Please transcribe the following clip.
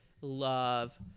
love